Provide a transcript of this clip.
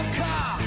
car